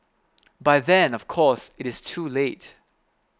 by then of course it is too late